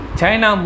China